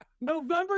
November